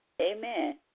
Amen